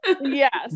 yes